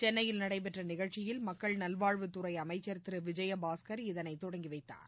சென்னையில் நடைபெற்ற நிகழ்ச்சியில் மக்கள் நல்வாழ்வுத் துறை அமைச்சர் திரு விஜயபாஸ்கர் இதனைத் தொடங்கி வைத்தார்